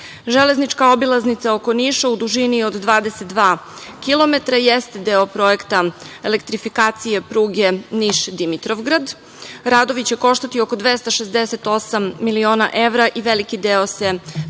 Železnička obilaznica oko Niša u dužini od 22 km jeste deo projekta elektrifikacije pruge Niš-Dimitrovgrad. Radovi će koštati oko 268 miliona evra i veliki deo se finansira